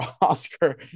oscar